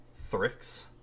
Thrix